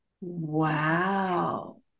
wow